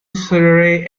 surrey